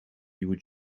nieuwe